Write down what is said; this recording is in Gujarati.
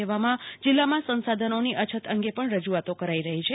તેવામાં જીલ્લમાં સંસાધનોની અછત અંગે પણ રજુઆતો કરાઈ છે